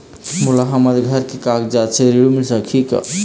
मोला हमर घर के कागजात से ऋण मिल सकही का?